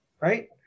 right